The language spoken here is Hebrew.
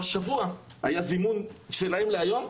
והשבוע היה זימון שלהם להיום,